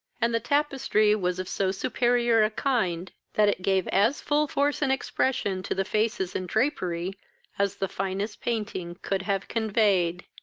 and the tapestry was of so superior a kind, that it gave as full force and expression to the faces and drapery as the finest painting could have conveyed.